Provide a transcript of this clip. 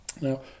Now